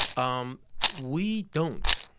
um we don't.